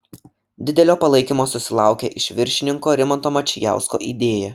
didelio palaikymo susilaukė iš viršininko rimanto mačijausko idėja